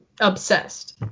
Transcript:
obsessed